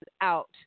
out